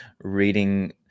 reading